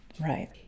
Right